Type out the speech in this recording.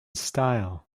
style